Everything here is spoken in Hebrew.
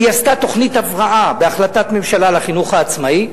היא עשתה תוכנית הבראה בהחלטת ממשלה לחינוך העצמאי.